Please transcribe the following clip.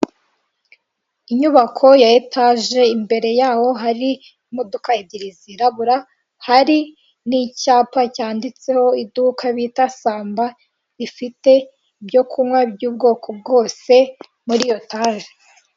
Inyubako ya etaje imbere yaho hari imodoka ebyiri zirabura, hari n'icyapa cyanditseho iduka bita samba, ifite ibyo kunywa by'ubwoko bwose muri etaje.